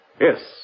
Yes